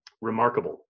remarkable